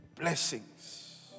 Blessings